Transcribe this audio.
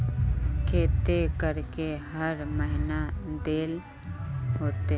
केते करके हर महीना देल होते?